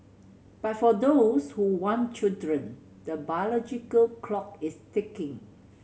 but for those who want children the biological clock is ticking